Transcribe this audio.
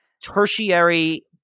tertiary